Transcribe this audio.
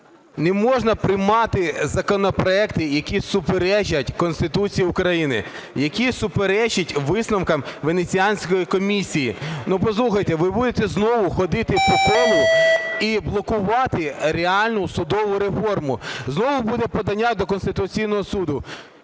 Не можна приймати законопроекти, які суперечать Конституції України, які суперечать висновкам Венеціанської комісії. Послухайте, ви будете знову ходити по колу і блокувати реальну судову реформу. Знову буде подання до Конституційного Суду.